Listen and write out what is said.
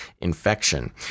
infection